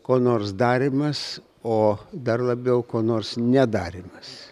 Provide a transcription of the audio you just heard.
ko nors darymas o dar labiau ko nors nedarymas